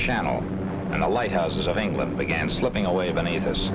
channel and a lighthouses of england again slipping away beneath us